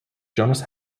jonas